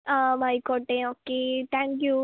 അ ആയിക്കോട്ടെ okay thank you